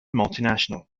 multinational